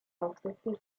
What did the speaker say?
aufsätzen